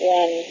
one